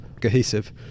cohesive